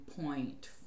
point